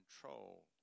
control